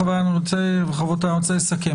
חבריי וחברותי, אני רוצה לסכם.